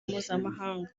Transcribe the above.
mpuzamahanga